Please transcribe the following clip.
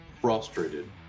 frustrated